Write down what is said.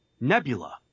Nebula